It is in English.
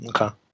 okay